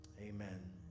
Amen